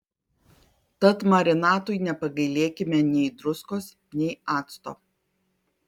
tad marinatui nepagailėkime nei druskos nei acto